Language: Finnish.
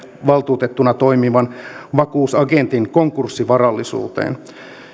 valtuutettuna toimivan vakuusagentin konkurssivarallisuuteen